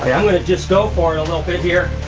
i'm gonna just go for it a little bit here.